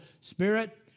spirit